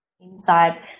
inside